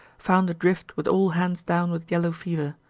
found adrift with all hands down with yellow fever.